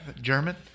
German